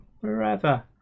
forever